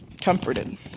comforted